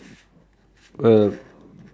uh